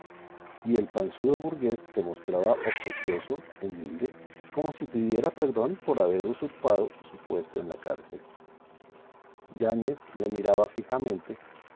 y el panzudo burgués se mostraba obsequioso humilde como si pidiera perdón por haber usurpado su puesto en la cárcel yáñez le miraba fijamente